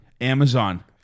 Amazon